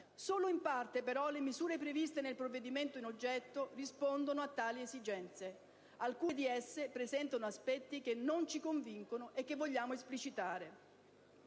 Solo in parte però le misure previste nel provvedimento rispondono a tali esigenze; alcune di esse presentano aspetti che non ci convincono, e che vogliamo esplicitare.